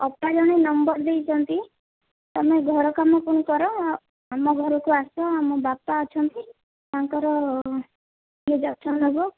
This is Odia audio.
ଅପା ଜଣେ ନମ୍ବର ଦେଇଛନ୍ତି ତୁମେ ଘର କାମ ସବୁ କର ଆମ ଘରକୁ ଆସ ଆମ ବାପା ଅଛନ୍ତି ତାଙ୍କର ଟିକେ ଯତ୍ନ ନେବ